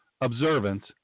observance